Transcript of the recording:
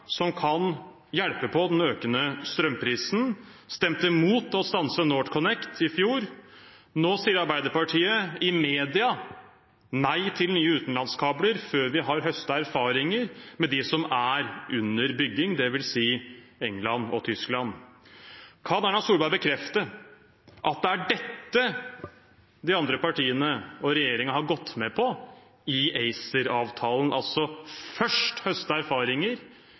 som kan hjelpe på den økende strømprisen. De stemte imot å stanse NorthConnect i fjor. Nå sier Arbeiderpartiet i media nei til nye utenlandskabler før vi har høstet erfaringer med dem som er under bygging, dvs. til England og Tyskland. Kan Erna Solberg bekrefte at det er dette de andre partiene og regjeringen har gått med på i ACER-avtalen, altså først høste erfaringer